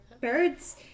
birds